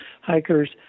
hikers